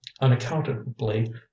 unaccountably